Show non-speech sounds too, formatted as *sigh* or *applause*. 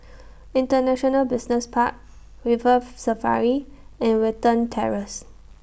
International Business Park River *noise* Safari and Watten Terrace